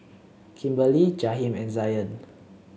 Kimberly Jaheem and Zion